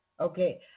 Okay